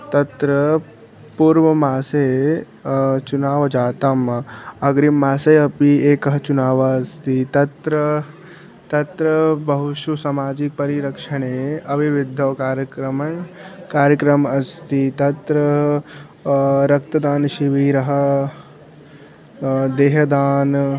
तत्र पूर्वमासे चुनावजातम् अग्रिममासे अपि एकः चुनाव अस्ति तत्र तत्र बहुषु सामाजिकपरिरक्षणे अभिवृद्धौ कार्यक्रमः कार्यक्रम्ः अस्ति तत्र रक्तदानशिबिरं देहदानं